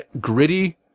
gritty